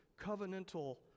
covenantal